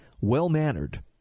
well-mannered